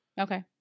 Okay